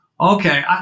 okay